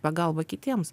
pagalba kitiems